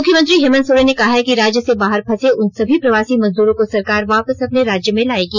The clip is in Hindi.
मुख्यमंत्री हेमंत सोरेन ने कहा है कि राज्य से बाहर फंसे उन सभी प्रवासी मजदूरो को सरकार वापस अपने राज्य में लायेगी